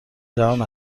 جهان